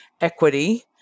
equity